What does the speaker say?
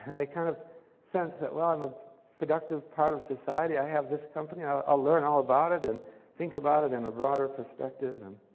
and they kind of sense that, well, i'm a productive part of society. i have this company. i'll learn all about and think about it in a broader perspective. and